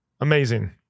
Amazing